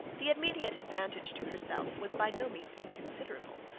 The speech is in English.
the immediate advantage to herself was by no means inconsiderable,